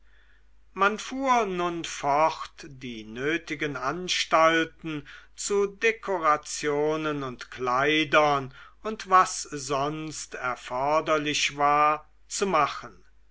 man fuhr nun fort die nötigen anstalten zu dekorationen und kleidern und was sonst erforderlich war zu machen